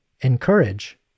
encourage